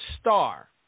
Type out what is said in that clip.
star